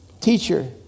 Teacher